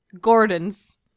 Gordon's